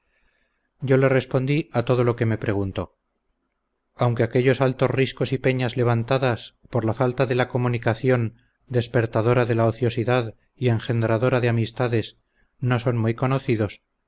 yo le respondí a todo lo que me preguntó aunque aquellos altos riscos y peñas levantadas por la falta de la comunicación despertadora de la ociosidad y engendradora de amistades no son muy conocidos